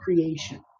creation